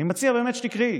אני באמת מציע שתקראי.